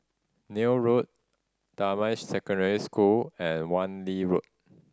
Neil Road Damai Secondary School and Wan Lee Road